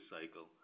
cycle